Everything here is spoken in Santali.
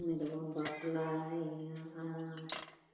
ᱩᱱᱤ ᱫᱚᱵᱚᱱ ᱵᱟᱯᱞᱟᱭᱮᱭᱟ